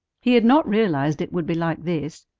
he had not realized it would be like this.